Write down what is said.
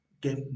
Get